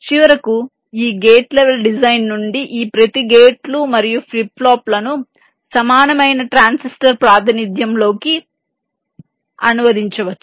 చివరకు ఈ gate level design నుండి ఈ ప్రతి గేట్లు మరియు ఫ్లిప్ ఫ్లాప్లను సమానమైన ట్రాన్సిస్టర్ ప్రాతినిధ్యంలోకి అనువదించవచ్చు